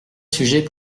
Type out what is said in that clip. sujet